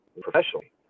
professionally